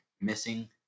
missing